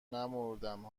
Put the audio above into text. نمـردم